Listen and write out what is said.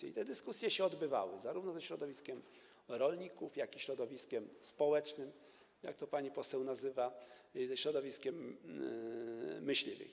I te dyskusje się odbywały zarówno ze środowiskiem rolników, jak i ze środowiskiem społecznym, jak to pani poseł nazywa, ze środowiskiem myśliwych.